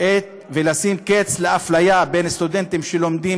ולשים קץ לאפליה בין סטודנטים שלומדים